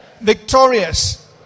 victorious